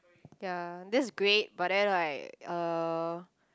ya that's great but then like uh